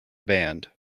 band